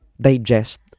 digest